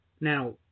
Now